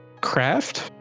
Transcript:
craft